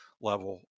level